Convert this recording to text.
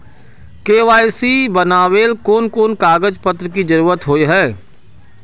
KYC बनावेल कोन कोन कागज पत्र की जरूरत होय है?